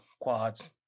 quads